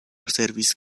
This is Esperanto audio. servis